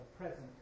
present